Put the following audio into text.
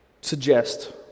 suggest